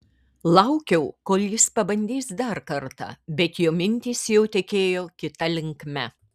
laukiau kol jis pabandys dar kartą bet jo mintys jau tekėjo kita linkme